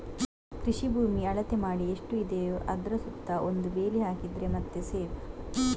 ಕೃಷಿ ಭೂಮಿ ಅಳತೆ ಮಾಡಿ ಎಷ್ಟು ಇದೆಯೋ ಅದ್ರ ಸುತ್ತ ಒಂದು ಬೇಲಿ ಹಾಕಿದ್ರೆ ಮತ್ತೆ ಸೇಫ್